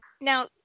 Now